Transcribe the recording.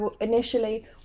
initially